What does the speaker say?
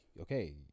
okay